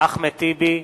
אחמד טיבי,